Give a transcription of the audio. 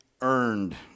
earned